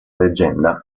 leggenda